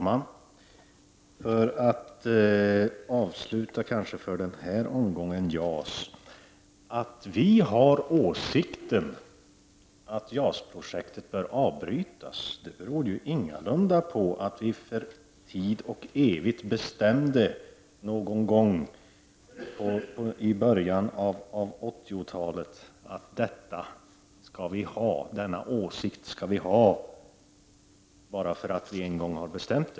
Herr talman! För att kanske avsluta denna omgång om JAS: Att vi har åsikten att JAS-projektet bör avbrytas beror ingalunda på att vi bestämde någon gång i början av 1980-talet att vi skulle ha denna åsikt för tid och evighet bara för att vi en gång hade bestämt det.